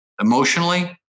emotionally